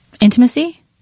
Intimacy